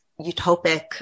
utopic